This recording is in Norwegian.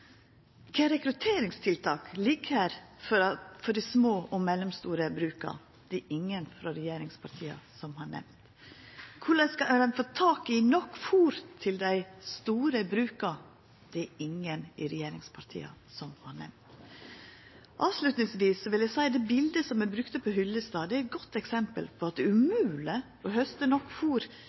Kva rekrutteringstiltak ligg her for dei små og mellomstore bruka? Det er det ingen frå regjeringspartia som har nemnt. Korleis skal ein få tak i nok fôr til dei store bruka? Det er det ingen i regjeringspartia som har nemnt. Avslutningsvis vil eg seie at det biletet eg brukte om Hyllestad, er eit godt eksempel på at det er umogleg å hausta nok